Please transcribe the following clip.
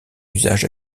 usage